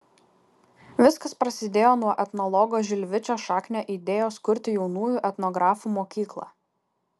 viskas prasidėjo nuo etnologo žilvičio šaknio idėjos kurti jaunųjų etnografų mokyklą